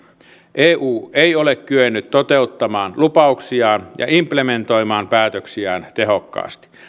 eu ei ole kyennyt toteuttamaan lupauksiaan ja implementoimaan päätöksiään tehokkaasti